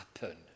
happen